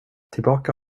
tillbaka